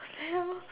what the hell